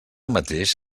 mateix